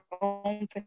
own